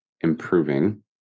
improving